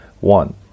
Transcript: One